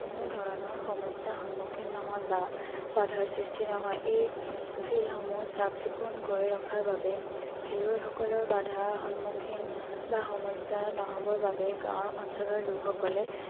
কোনো ধৰণৰ সমস্যা সন্মুখীন নহয় বা বাধাৰ সৃষ্টি নহয় এই ফিল্ডসমূহ চাফ চিকুণ কৰি ৰখাৰ বাবে খেলুৱৈসকলৰ বাধাৰ সন্মুখীন বা সমস্যা নহ'বৰ বাবে গাঁৱৰ অঞ্চলৰ লোকসকলে